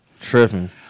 Tripping